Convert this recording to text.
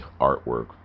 artwork